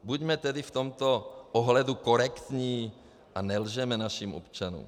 Buďme tedy v tomto ohledu korektní a nelžeme našim občanům.